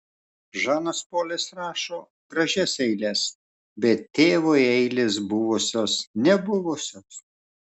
žanas polis rašo gražias eiles bet tėvui eilės buvusios nebuvusios